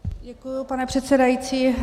Děkuji, pane předsedající.